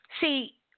See